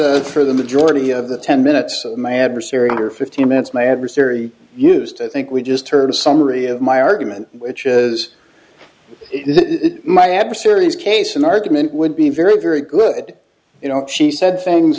sir for the majority of the ten minutes of my adversary or fifteen minutes my adversary used to think we just heard a summary of my argument which is my adversaries case in argument would be very very good you know she said things